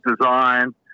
design